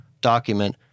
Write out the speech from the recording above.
document